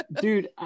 Dude